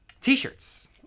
T-shirts